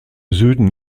süden